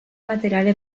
materiale